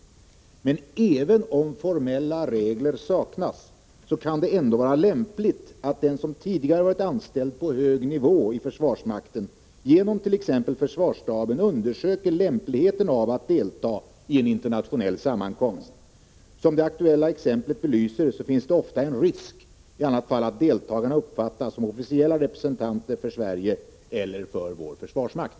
Även om formella regler saknas kan det emellertid vara lämpligt att den som tidigare varit anställd på hög nivå inom försvarsmakten genom t.ex. försvarsstaben undersöker lämpligheten av att delta i en internationell sammankomst. Som det aktuella exemplet belyser finns det i annat fall ofta 125 en risk för att deltagarna uppfattas som officiella representanter för Sverige eller för vår försvarsmakt.